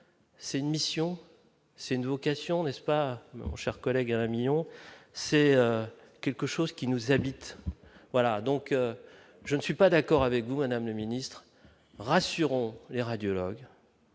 c'est une mission, c'est une vocation n'est-ce pas mon cher collègue, 1 1000000, c'est quelque chose qui nous habite, voilà, donc je ne suis pas d'accord avec vous un administré, rassurons les radiologues